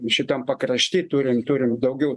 šitam pakrašty turim turim daugiau